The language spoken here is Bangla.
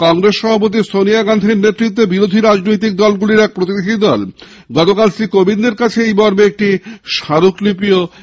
কংগ্রেস সভাপতি সোনিয়া গান্ধীর নেতৃত্বে বিরোধী রাজনৈতিক দলগুলির এক প্রতিনিধি দল গতকাল শ্রী কোবিন্দের কাছে এই মর্মে একটি স্মারকলিপি পেশ করে